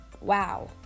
Wow